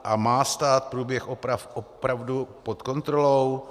A má stát průběh oprav opravdu pod kontrolou?